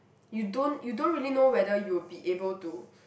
you don't you don't really know whether you'll be able to